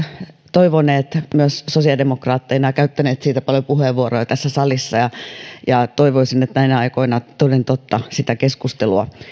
toivoneet myös sosiaalidemokraatteina ja käyttäneet siitä paljon puheenvuoroja tässä salissa toivoisin että näinä aikoina toden totta sitä keskustelua